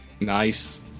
nice